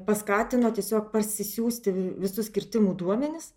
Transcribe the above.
paskatino tiesiog parsisiųsti visus kirtimų duomenis